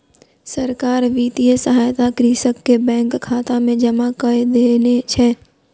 सरकार वित्तीय सहायता कृषक के बैंक खाता में जमा कय देने छै